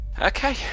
okay